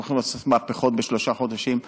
שאנחנו הולכים לעשות מהפכות בשלושה חודשים,